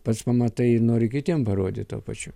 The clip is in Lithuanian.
pats pamatai ir nori kitiem parodyt tuo pačiu